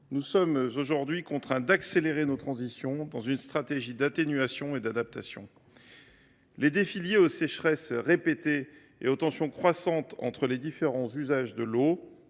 nous sommes contraints d’accélérer nos transitions et d’adopter une stratégie d’atténuation et d’adaptation. Les défis liés aux sécheresses répétées et aux tensions croissantes entre les différents usages de l’eau